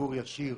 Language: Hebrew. דיבור ישיר